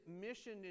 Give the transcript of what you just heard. mission